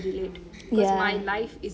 ya